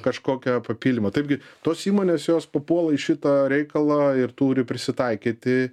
kažkokią papildymo taipgi tos įmonės jos papuola į šitą reikalą ir turi prisitaikyti